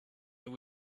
that